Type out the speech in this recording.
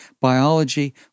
Biology